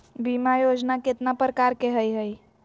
बीमा योजना केतना प्रकार के हई हई?